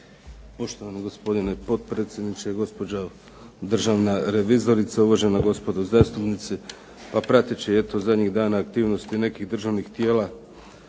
Poštovani gospodine potpredsjedniče, gospođo državna revizorice, uvažena gospodo zastupnici. Pa prateći eto zadnjih dana aktivnosti nekih državnih tijela